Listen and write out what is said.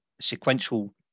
sequential